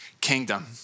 kingdom